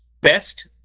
Best